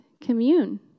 commune